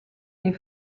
les